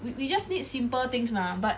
we we just need simple things mah but